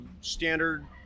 standard